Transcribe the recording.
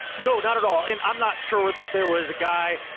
no, not at all. and i'm not sure that there was a guy.